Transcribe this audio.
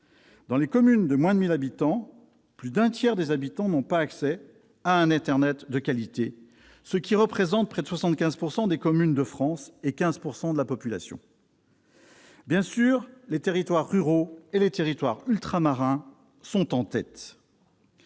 Dans les communes de moins de 1 000 habitants, plus d'un tiers des habitants n'ont pas accès à un internet de qualité, ce qui représente près de 75 % des communes de France et 15 % de la population. Bien sûr, les territoires ruraux et les territoires ultramarins arrivent en tête.